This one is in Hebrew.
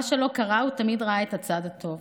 מה שלא קרה, הוא תמיד ראה את הצד הטוב.